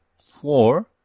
four